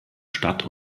stadt